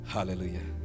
Hallelujah